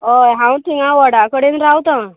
होय हांव थिंगा वडा कडेन रावतां